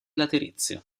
laterizio